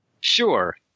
Sure